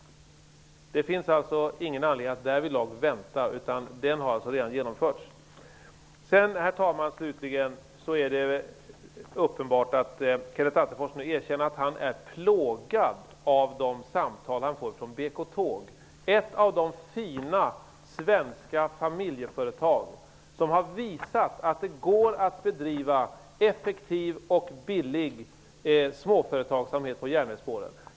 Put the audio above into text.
Det finns alltså därvidlag ingen anledning att vänta. Det har redan genomförts. Slutligen, herr talman, erkänner Kenneth Attefors nu att han är plågad av de samtal som han fått från BK-Tåg, ett av de fina svenska familjeföretag som har visat att det går att bedriva effektiv och billig småföretagsamhet på järnvägsspåren.